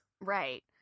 Right